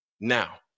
Now